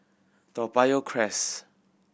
Toa Payoh Crest